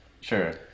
Sure